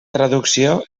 traducció